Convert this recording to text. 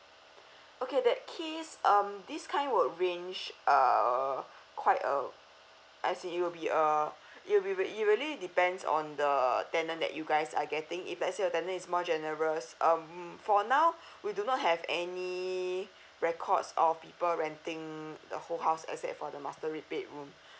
okay that case um this kind would range uh quite um I say it will be uh it'll be it really depends on the tenant that you guys are getting if let's say your tenant is more generous um for now we do not have any records or people renting the whole house except for the master bedroom